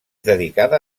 dedicada